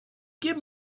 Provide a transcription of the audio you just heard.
give